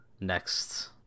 next